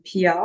PR